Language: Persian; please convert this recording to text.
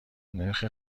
نرخ